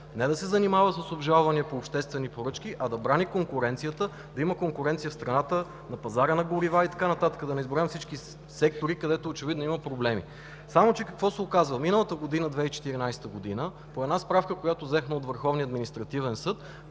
Не да се занимава с обжалвания по обществени поръчки, а да брани конкуренцията. Да има конкуренция в страната на пазара на горива и така нататък – да не изброявам всички сектори, където очевидно има проблеми. Но какво се оказва? Първата половина на 2014 г. – по една справка, която взехме от Върховния административен съд,